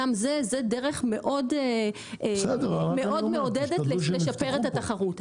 גם זו דרך מאוד מעודדת לשפר את התחרות.